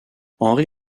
henri